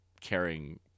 caring